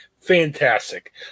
Fantastic